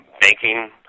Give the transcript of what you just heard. banking